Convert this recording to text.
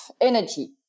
energy